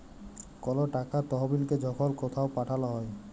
call টাকার তহবিলকে যখল কথাও পাঠাল হ্যয়